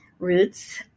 roots